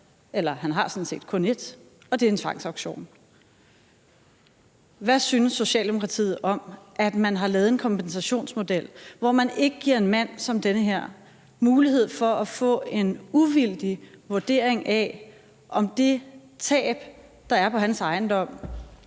eller han har sådan set kun et, og det er en tvangsauktion. Hvad synes Socialdemokratiet om, at man har lavet en kompensationsmodel, hvor man ikke giver en mand som ham her mulighed for at få en uvildig vurdering af, om det tab, der er på hans ejendom,